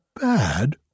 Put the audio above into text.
Bad